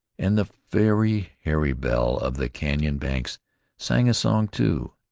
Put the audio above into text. and the fairy harebell of the canon-banks sang a song too,